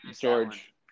George